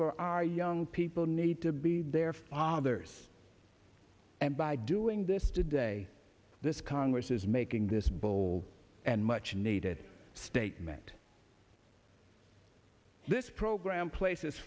for our young people need to be their fathers and by doing this today this congress is making this bold and much needed statement this program places